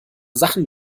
sachen